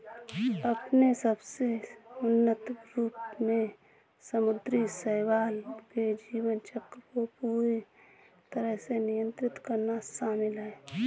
अपने सबसे उन्नत रूप में समुद्री शैवाल के जीवन चक्र को पूरी तरह से नियंत्रित करना शामिल है